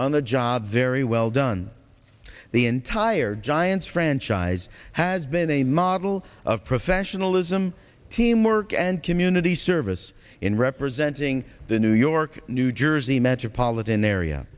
on the job very well done the entire giants franchise has been a model of professionalism teamwork and community service in representing the new york new jersey metropolitan area